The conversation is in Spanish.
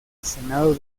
senado